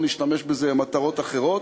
לא נשתמש בזה למטרות אחרות,